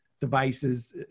devices